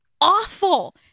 awful